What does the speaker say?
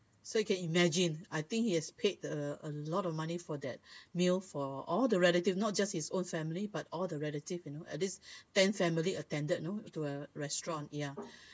so you can imagine I think he has paid uh a lot of money for that meal for all the relative not just his own family but all the relative you know at least ten family attended you know to a restaurant yeah